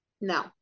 No